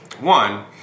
One